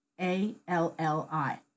A-L-L-I